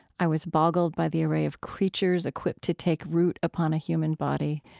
i was boggled by the array of creatures equipped to take root upon a human body.